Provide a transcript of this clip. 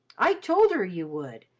i told her you would,